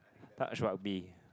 touch rugby